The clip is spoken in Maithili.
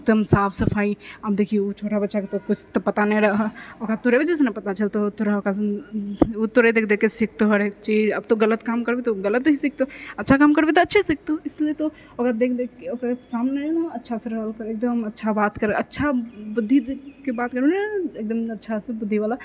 एकदम साफ सफाइ आब देखिऔ छोटा बच्चाके तऽ किछु पता नहि रहए ओकरा तोड़े वजहसँ नहि पता चलतो तोड़ा ओ तोड़े देखि देखिके सिखतौ हरेक चीज आब तों गलत काम करभी तऽ गलत ही सिखतहुँ अच्छा काम करभी तऽ अच्छा सिखतहुँ इसलिए तो ओकरा देखि देखिके ओकर सामने अच्छासँ रहल कर एकदम अच्छासँ बात कर अच्छा बुद्धिके बात करु नहि नहि एकदम अच्छासँ बुद्धि वला